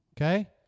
okay